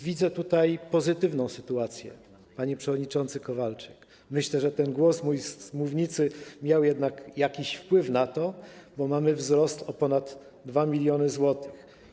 Widzę tutaj pozytywną sytuację, panie przewodniczący Kowalczyk; myślę, że ten głos mój z mównicy miał jednak jakiś wpływ na to, bo mamy wzrost o ponad 2 mln zł.